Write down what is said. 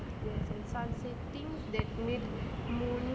ya sun said things that made moon